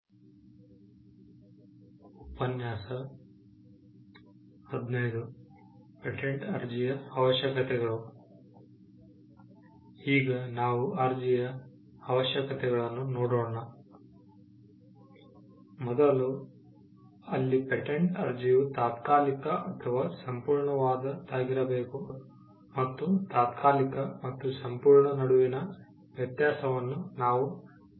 ಮೊದಲು ಅಲ್ಲಿ ಪೇಟೆಂಟ್ ಅರ್ಜಿಯು ತಾತ್ಕಾಲಿಕ ಅಥವಾ ಸಂಪೂರ್ಣವಾದದ್ದಾಗಿರಬೇಕು ಮತ್ತು ತಾತ್ಕಾಲಿಕ ಮತ್ತು ಸಂಪೂರ್ಣ ನಡುವಿನ ವ್ಯತ್ಯಾಸವನ್ನು ನಾವು ಪ್ರಸ್ತಾಪಿಸಿದ್ದೇವೆ